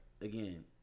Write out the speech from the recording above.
again